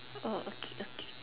oh okay okay